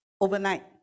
overnight